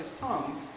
tongues